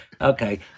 Okay